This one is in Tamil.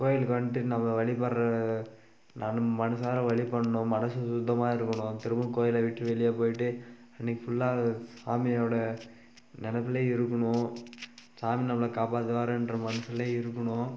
கோயிலுக்கு வந்துட்டு நம்ம வழிபடுற நானும் மனசார வழிபடுணும் மனசு சுத்தமாக இருக்கணும் திரும்ப கோயிலை விட்டு வெளியே போய்விட்டு அன்னிக்கு ஃபுல்லாக சாமியோட நினைப்புலே இருக்கணும் சாமி நம்மளை காப்பாற்றுவாருன்ற மனசிலே இருக்கணும்